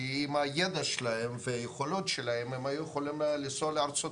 כי עם הידע והיכולות שלהם הם יכלו לחיות בארצות